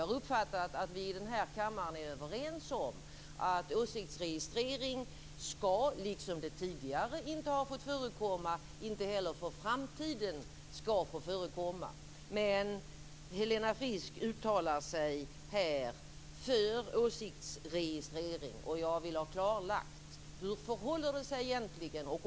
Jag uppfattar att vi här i kammaren är överens om att åsiktsregistrering, liksom det tidigare inte har fått förekomma, inte heller ska få förekomma i framtiden. Helena Frisk uttalar sig här för åsiktsregistrering. Jag vill ha klarlagt hur det egentligen förhåller sig.